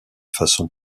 façon